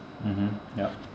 mmhmm yup